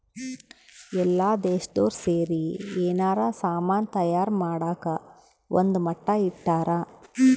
ಎಲ್ಲ ದೇಶ್ದೊರ್ ಸೇರಿ ಯೆನಾರ ಸಾಮನ್ ತಯಾರ್ ಮಾಡಕ ಒಂದ್ ಮಟ್ಟ ಇಟ್ಟರ